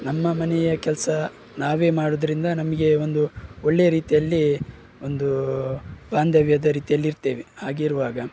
ನಮ್ಮ ಮನೆಯ ಕೆಲಸ ನಾವೇ ಮಾಡುವುದರಿಂದ ನಮಗೆ ಒಂದು ಒಳ್ಳೆಯ ರೀತಿಯಲ್ಲಿ ಒಂದೂ ಬಾಂಧವ್ಯದ ರೀತಿಯಲ್ಲಿ ಇರ್ತೇವೆ ಹಾಗಿರುವಾಗ